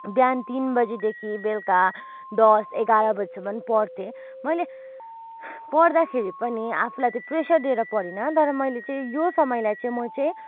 बिहान तिन बजीदेखि बेलुका दस एघार बजीसम्म पढ्थेँ मैले पढ्दाखेरि पनि आफूलाई चाहिँ प्रेसर दिएर पढिनँ तर मैले चाहिँ त्यो समयलाई चाहिँ म चाहिँ